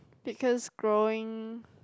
because growing